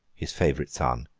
his favourite son,